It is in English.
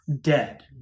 dead